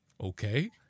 Okay